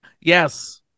Yes